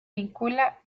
vincula